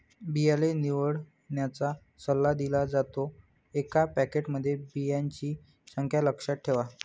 बियाणे निवडण्याचा सल्ला दिला जातो, एका पॅकेटमध्ये बियांची संख्या लक्षात ठेवा